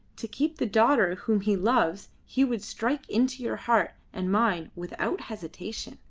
to keep the daughter whom he loves he would strike into your heart and mine without hesitation,